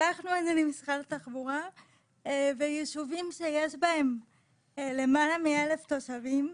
שלחנו את זה למשרד התחבורה - יישובים שיש בהם למעלה מ-1000 תושבים,